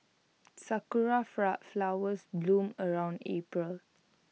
sakura flood flowers bloom around April